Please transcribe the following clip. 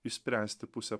išspręsti pusę